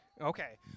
Okay